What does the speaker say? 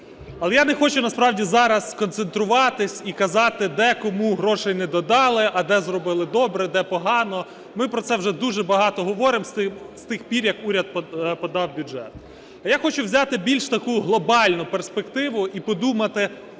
Але я не хочу насправді зараз концентруватися і казати, де і кому грошей не додали, а де зробили добре, де погано. Ми про це вже дуже багато говоримо з тих пір, як уряд подав бюджет. А я хочу взяти більш таку глобальну перспективу і подумати,